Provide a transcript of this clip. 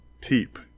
Teep